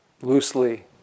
loosely